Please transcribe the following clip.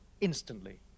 instantly